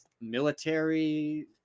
military